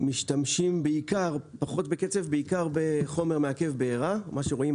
משתמשים פחות בקצף ובעיקר בחומר מעכב בעירה מה שרואים,